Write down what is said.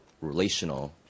relational